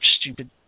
stupid